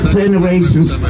generations